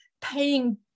paying